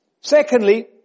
Secondly